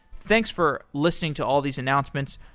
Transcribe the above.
thanks for listening to all these announcements.